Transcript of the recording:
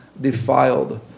defiled